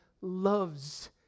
loves